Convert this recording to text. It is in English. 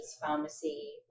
pharmacy